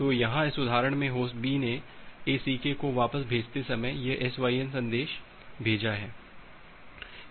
तो यहाँ इस उदाहरण में होस्ट B ने ACK को वापस भेजते समय यह SYN संदेश भेजता है